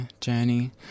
journey